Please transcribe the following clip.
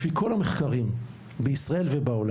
לפי כל המחקרים בעולם,